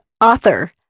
author